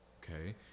okay